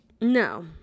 No